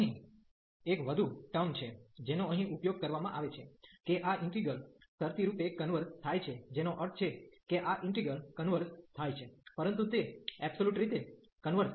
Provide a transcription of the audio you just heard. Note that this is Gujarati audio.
અને અહીં એક વધુ ટર્મછે જેનો અહીં ઉપયોગ કરવામાં આવે છે કે આ ઇન્ટિગ્રલ શરતી રૂપે કન્વર્ઝ થાય છે જેનો અર્થ છે કે આ ઈન્ટિગ્રલ કન્વર્ઝ થાય છે પરંતુ તે એબ્સોલ્યુટ રીતે કન્વર્ઝ થતું નથી